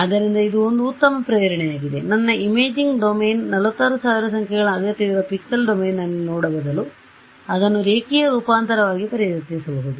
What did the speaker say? ಆದ್ದರಿಂದ ಇದು ಒಂದು ಉತ್ತಮ ಪ್ರೇರಣೆಯಾಗಿದೆ ನನ್ನ ಇಮೇಜಿಂಗ್ ಡೊಮೇನ್ 46000 ಸಂಖ್ಯೆಗಳ ಅಗತ್ಯವಿರುವ ಪಿಕ್ಸೆಲ್ ಡೊಮೇನ್ನಲ್ಲಿ ನೋಡುವ ಬದಲು ನಾನು ಅದನ್ನು ರೇಖೀಯ ರೂಪಾಂತರವಾಗಿ ಪರಿವರ್ತಿಸಬಹುದು